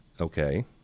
Okay